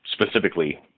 specifically